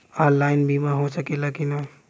Online बीमा हो सकेला की ना?